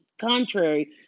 contrary